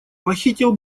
похитил